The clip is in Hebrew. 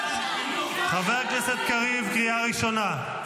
חבר הכנסת קריב, קריאה ראשונה.